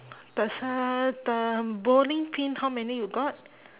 just now the bowling pin how many you got